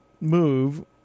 move